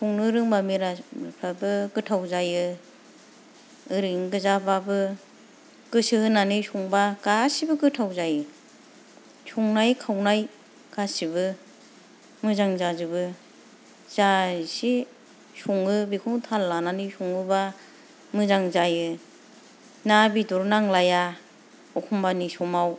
संनो रोंब्ला निरामिसफ्राबो गोथाव जायो ओरैनो गोजाबाबो गोसो होनानै संबा गासिबो गोथाव जायो संनाय खावनाय गासिबो मोजां जाजोबो जा एसे सङो बेखौनो थाल लानानै सङोबा मोजां जायो ना बेदर नांलाया एखनबानि समाव